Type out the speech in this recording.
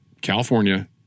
California